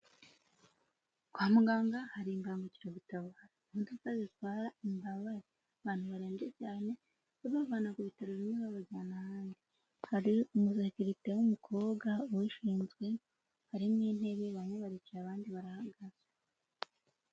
Kwa muganga hari imbangukiragutabara, imodoka zitwara imbabare, abantu barembye cyane babavana ku bitaro bimwe babajyana ahandi hari umusekirite w'umukobwa ubishinzwe, hari n'intebe bamwe baricara abandi barahagaze.